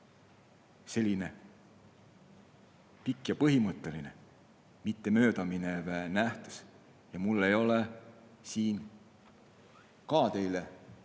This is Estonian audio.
selline pikk ja põhimõtteline, mitte möödaminev nähtus. Ja mul ei ole teile